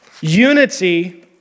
Unity